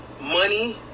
Money